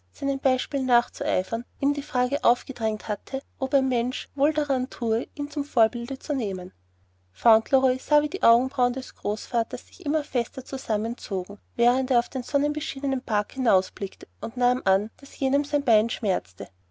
beispiel nachzueifern ihm die frage aufgedrängt hatte ob ein mensch wohl daran thue ihn zum vorbilde zu nehmen fauntleroy sah wie die augenbrauen des großvaters sich immer finsterer zusammenzogen während er auf den sonnenbeschienenen park hinausblickte und er nahm an daß jenen sein bein schmerze